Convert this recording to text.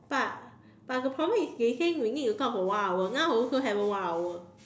but but the problem is they say we need to talk for one hour now also haven't one hour